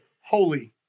holy